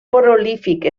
prolífic